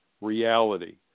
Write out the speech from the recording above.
reality